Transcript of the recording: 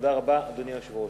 תודה רבה, אדוני היושב-ראש.